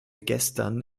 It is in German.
gestern